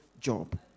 job